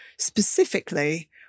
specifically